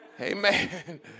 Amen